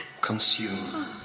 Consume